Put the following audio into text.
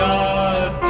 God